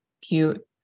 cute